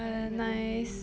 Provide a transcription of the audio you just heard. like really